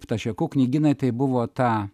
ptašėkų knygynai tai buvo ta